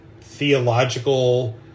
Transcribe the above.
theological